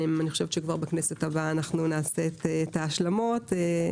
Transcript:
בכנסת הבאה נעשה את ההשלמות.